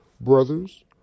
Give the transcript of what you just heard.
Brothers